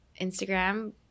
Instagram